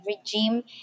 regime